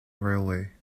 railway